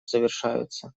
завершаются